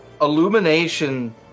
illumination